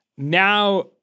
Now